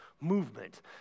movement